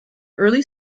early